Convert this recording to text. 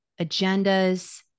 agendas